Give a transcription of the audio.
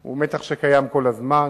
הוא מתח שקיים כל הזמן.